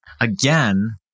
again